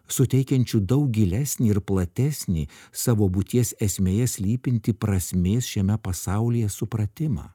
suteikiančiu daug gilesnį ir platesnį savo būties esmėje slypinti prasmės šiame pasaulyje supratimą